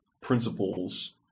principles